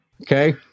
okay